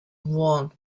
won